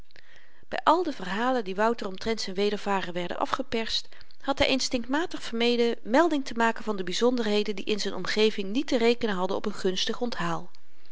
by al de verhalen die wouter omtrent z'n wedervaren werden afgeperst had hy instinktmatig vermeden melding te maken van de byzonderheden die in z'n omgeving niet te rekenen hadden op n gunstig onthaal